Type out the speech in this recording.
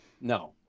No